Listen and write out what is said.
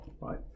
right